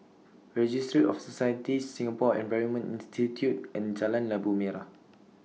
Registry of Societies Singapore Environment Institute and Jalan Labu Merah